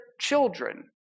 children